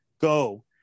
go